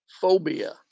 phobia